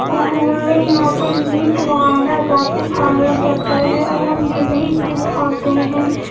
اور ہمارے یہاں پر میٹ وغیرہ زیادے کھایا جاتا ہے اور ہم بھی وہی چیز کھاتے ہیں